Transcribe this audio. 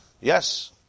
Yes